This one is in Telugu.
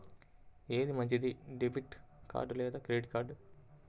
ఏది మంచిది, డెబిట్ కార్డ్ లేదా క్రెడిట్ కార్డ్?